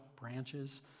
branches